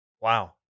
Wow